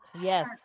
yes